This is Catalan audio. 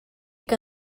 que